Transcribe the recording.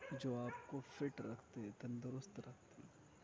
جو آپ کو فٹ رکھتے تندرست رکھتے